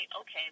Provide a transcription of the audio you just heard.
okay